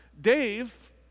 Dave